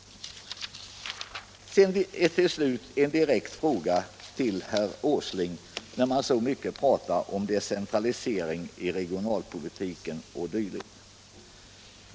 Till slut vill jag ställa en direkt fråga till herr Åsling, som så mycket pratar om decentralisering i regionalpolitiken.